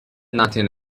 nothing